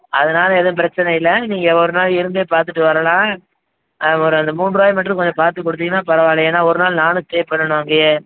அதனால் எதுவும் பிரச்சனை இல்லை நீங்கள் ஒரு நாள் இருந்தே பார்த்துட்டு வரலாம் ஒரு அந்த மூன்றுரூவாய மட்டும் கொஞ்சம் பார்த்துக் கொடுத்தீங்கன்னா பரவாயில்ல ஏன்னால் ஒரு நாள் நானும் ஸ்டே பண்ணணும் அங்கேயே